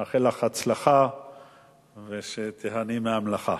ואני מאחל לך הצלחה ושתיהני מהמלאכה.